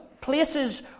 places